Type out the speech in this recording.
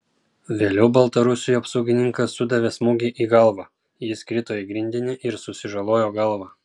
vėliau baltarusiui apsaugininkas sudavė smūgį į galvą jis krito į grindinį ir susižalojo galvą